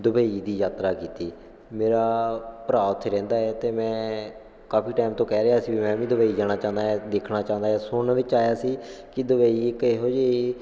Dubai ਦੀ ਯਾਤਰਾ ਕੀਤੀ ਮੇਰਾ ਭਰਾ ਉੱਥੇ ਰਹਿੰਦਾ ਏ ਅਤੇ ਮੈਂ ਕਾਫੀ ਟਾਈਮ ਤੋਂ ਕਹਿ ਰਿਹਾ ਸੀ ਮੈਂ ਵੀ ਦੁਬਈ ਜਾਣਾ ਚਾਹੁੰਦਾ ਦੇਖਣਾ ਚਾਹੁੰਦਾ ਸੁਣਨ ਵਿੱਚ ਆਇਆ ਸੀ ਕਿ ਦੁਬਈ ਇੱਕ ਇਹੋ ਜਿਹੀ